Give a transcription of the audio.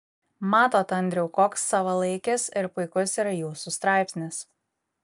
matot andriau koks savalaikis ir puikus yra jūsų straipsnis